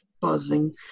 buzzing